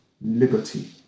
liberty